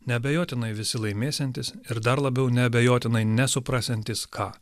neabejotinai visi laimėsiantys ir dar labiau neabejotinai nesuprantantys ką